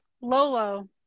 Lolo